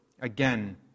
again